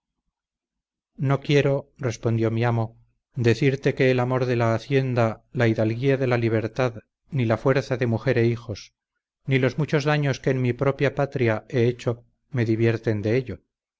no quiero respondió mi amo decirte que el amor de la hacienda la hidalguía de la libertad ni la fuerza de mujer e hijos ni los muchos daños que en mi propia patria he hecho me divierten de ello